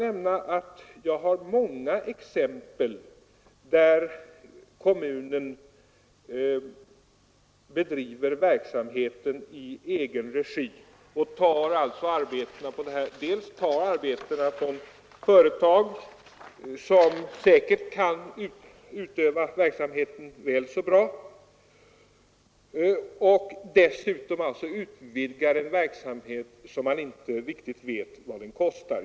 Jag har många exempel där kommuner bedriver verksamhet i egen regi och dels tar arbeten från företag som säkert skulle utföra dem väl så bra, dels utvidgar en verksamhet som man inte riktigt vet vad den kostar.